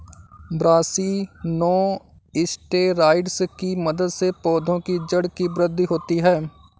brassinosteroids की मदद से पौधों की जड़ की वृद्धि होती है